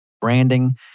branding